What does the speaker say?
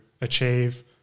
achieve